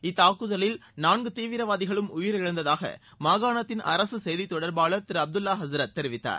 இந்த தாக்குதலில் நான்கு தீவிரவாதிகளும் உயிரிழந்ததாக மாகாணத்தின் அரசு செய்தித் தொடர்பாளர் திரு அப்துல்லா ஹசரத் தெரிவித்தார்